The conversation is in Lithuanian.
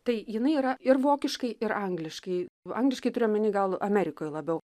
tai jinai yra ir vokiškai ir angliškai angliškai turiu omeny gal amerikoj labiau